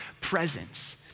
presence